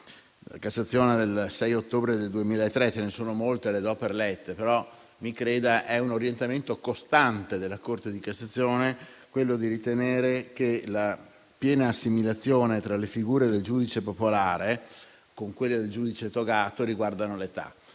Cassazione del 6 ottobre 2003. Ce ne sono molte altre, ma le do per lette. Mi creda: è un orientamento costante della Corte di cassazione quello di ritenere che la piena assimilazione della figura del giudice popolare con quella del giudice togato riguardi anche l'età.